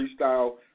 freestyle